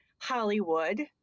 Hollywood